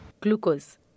Glucose